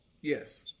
Yes